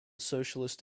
socialist